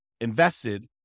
invested